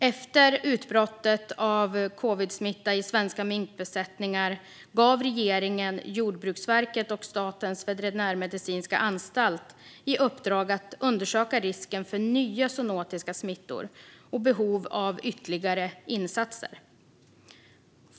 Efter utbrottet av covidsmitta i svenska minkbesättningar gav regeringen Jordbruksverket och Statens veterinärmedicinska anstalt i uppdrag att undersöka risken för nya zoonotiska smittor och behov av ytterligare insatser.